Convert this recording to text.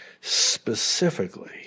specifically